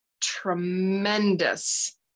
tremendous